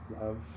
love